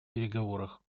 переговорах